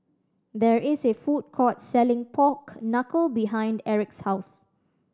there is a food court selling pork knuckle behind Eric's house